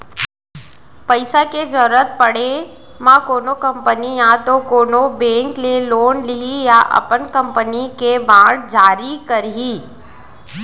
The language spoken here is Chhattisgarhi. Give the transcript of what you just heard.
पइसा के जरुरत पड़े म कोनो कंपनी या तो कोनो बेंक ले लोन लिही या अपन कंपनी के बांड जारी करही